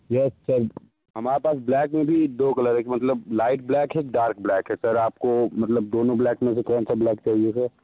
yes sir हमारे पास black में भी दो कलर हैं एक मतलब लाइट ब्लैक डार्क ब्लैक है सर आपको मतलब दोनों ब्लैक में से कौनसा ब्लैक चाहिए सर